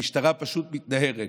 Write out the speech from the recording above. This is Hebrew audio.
המשטרה פשוט מתנערת.